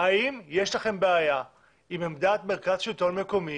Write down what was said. האם יש לכם בעיה עם עמדת מרכז שלטון מקומי